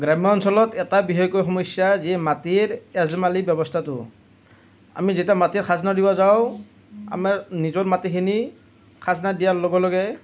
গ্ৰাম্য অঞ্চলত এটা বিশেষকৈ সমস্যা যে মাটিৰ এজমালি ব্যৱস্থাটো আমি যেতিয়া মাটিৰ খাজনা দিব যাওঁ আমাৰ নিজৰ মাটিখিনি খাজনা দিয়াৰ লগে লগে